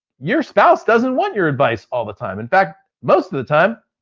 your spouse doesn't want your advice all the time, in fact, most of the time.